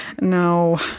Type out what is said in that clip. no